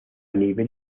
nivel